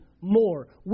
more